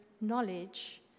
knowledge